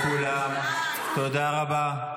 מהלייקים, טלי, זאת התנהגות של עבריין.